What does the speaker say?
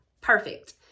perfect